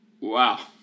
wow